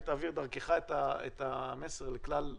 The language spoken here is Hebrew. ותעביר דרכך את המסר לכלל המשרד.